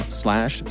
slash